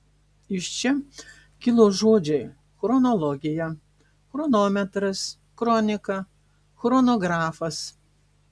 iš čia kilo žodžiai chronologija chronometras kronika chronografas